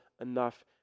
enough